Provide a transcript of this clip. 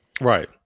Right